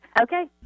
Okay